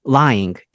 lying 。